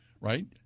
right